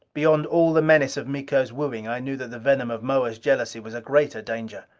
beyond all the menace of miko's wooing, i knew that the venom of moa's jealousy was a greater danger.